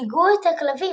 ושגעו את הכלבים.